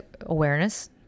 awareness